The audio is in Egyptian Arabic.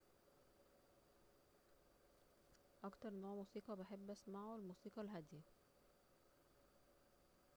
اكتر نوع موسيقى بحب اسمعه الموسيقى الهادية